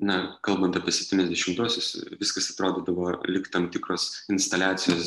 ne kalbant apie septyniasdešimtuosius viskas atrodydavo lyg tam tikros instaliacijos